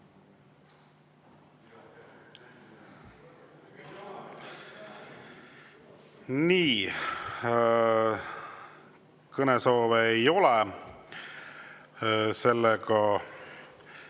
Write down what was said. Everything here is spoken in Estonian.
Nii, kõnesoove ei ole. Seega,